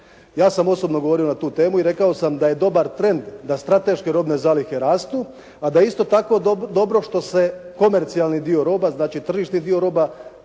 Ja sam osobno govorio na tu temu i rekao sam da je dobar trend da strateške robne zalihe rastu a da je isto tako dobro što se komercijalni dio roba znači tržišni dio roba